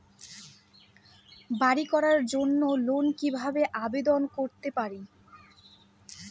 বাড়ি করার জন্য লোন কিভাবে আবেদন করতে পারি?